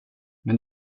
men